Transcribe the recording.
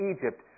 Egypt